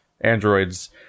androids